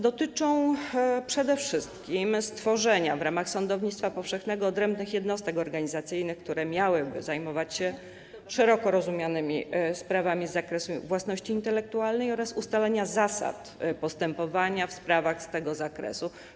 Dotyczą przede wszystkim stworzenia w ramach sądownictwa powszechnego odrębnych jednostek organizacyjnych, które miałyby zajmować się szeroko rozumianymi sprawami z zakresu własności intelektualnej, oraz ustalania zasad postępowania w sprawach z tego zakresu.